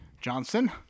Johnson